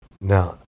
Now